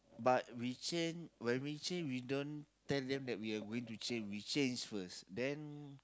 but we change when we change we don't tell them that we are going to change we change first then